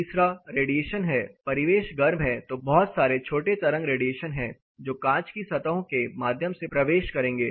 तीसरा रेडिएशन है परिवेश गर्म है तो बहुत सारे छोटी तरंग रेडिएशन है जो कांच की सतहों के माध्यम से प्रवेश करेंगे